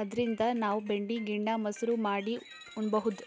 ಅದ್ರಿನ್ದ್ ನಾವ್ ಬೆಣ್ಣಿ ಗಿಣ್ಣಾ, ಮಸರು ಮಾಡಿ ಉಣಬಹುದ್